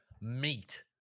meat